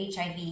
HIV